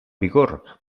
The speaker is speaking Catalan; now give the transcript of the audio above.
vigor